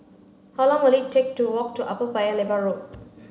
how long will it take to walk to Upper Paya Lebar Road